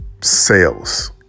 sales